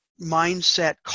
mindset